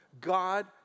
God